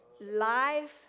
Life